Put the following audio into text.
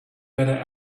better